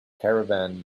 caravan